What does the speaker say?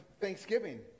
Thanksgiving